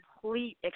complete